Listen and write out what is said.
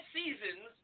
seasons